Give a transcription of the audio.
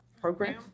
program